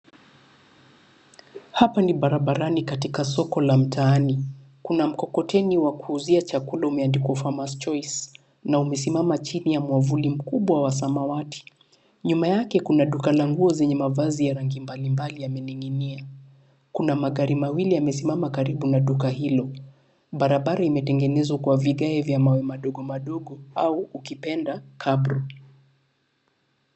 Hapa ni barabarani katika soko la mtaani. Kuna mkokoteni wa kuuzia chakula umeandikwa Farmers Choice na umesimama chini ya mwavuli mkubwa wa samawati. Nyuma yake kuna duka la nguo zenye mavazi ya rangi mbalimbali yamening'inia. Kuna magari mawili yamesimama karibu na duka hilo. Barabara imetengenezwa kwa vigae vya mawe madogo madogo au ukipenda gabbro .